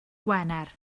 gwener